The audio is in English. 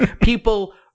people